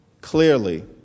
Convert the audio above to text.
clearly